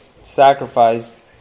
sacrifice